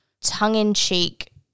tongue-in-cheek